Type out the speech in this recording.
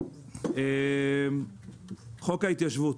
חוק ההתיישבות